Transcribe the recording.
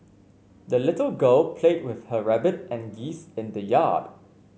the little girl played with her rabbit and geese in the yard